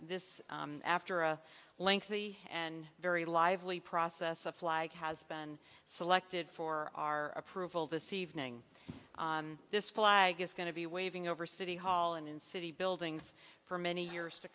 this after a lengthy and very lively process a flag has been selected for our approval this evening this flag is going to be waving over city hall and in city buildings for many years to